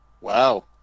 Wow